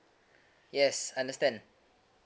yes understand